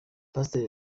pasiteri